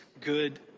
good